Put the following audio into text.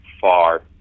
far